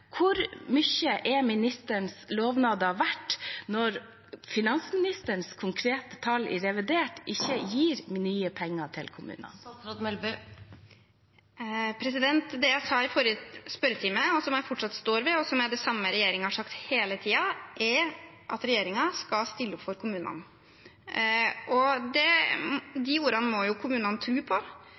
Hvor mye er ministerens lovnader verdt når finansministerens konkrete tall i revidert ikke gir nye penger til kommunene? Det jeg sa i forrige spørretime, som jeg fortsatt står ved, og som er det samme regjeringen har sagt hele tiden, er at regjeringen skal stille opp for kommunene. De ordene må jo kommunene tro på,